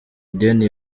ideni